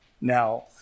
Now